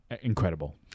incredible